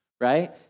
right